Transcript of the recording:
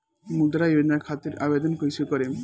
मुद्रा योजना खातिर आवेदन कईसे करेम?